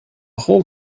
whole